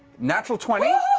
natural twenty.